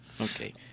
okay